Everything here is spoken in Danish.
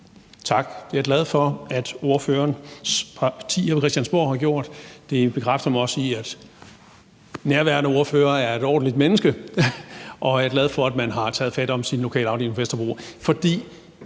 Tak. Jeg er glad for, at ordførerens parti her på Christiansborg har gjort det. Det bekræfter mig også i, at nærværende ordfører er et ordentligt menneske. Og jeg er glad for, at man har taget fat om sin lokalafdeling på Vesterbro.